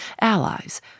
allies